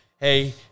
hey